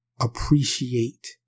Appreciate